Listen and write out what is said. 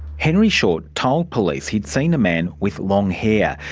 henry short told police he'd seen a man with long hair.